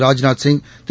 Rajnath Singh Thiru